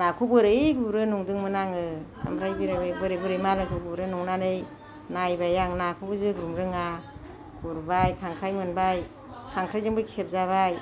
नाखौ बोरै गुरो नंदोंमोन आङो ओमफ्राय बोरै बोरै मालायखौ गुरो नंनानै नायबाय आं नाखौ जोग्लुंनो रोङा गुरबाय खांख्राय मोनबाय खांख्रायजोंबो खेबजाबाय